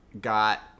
got